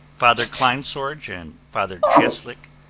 father kleinsorge and father cieslik,